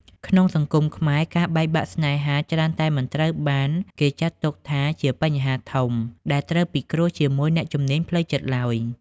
ក្នុងសង្គមខ្មែរ ការបែកបាក់ស្នេហាច្រើនតែមិនត្រូវបានគេចាត់ទុកថាជា "បញ្ហាធំ" ដែលត្រូវពិគ្រោះជាមួយអ្នកជំនាញផ្លូវចិត្តឡើយ។